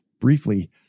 briefly